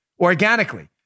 organically